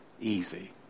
easy